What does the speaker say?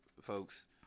folks